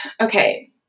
okay